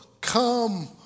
come